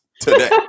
today